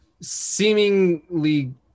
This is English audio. seemingly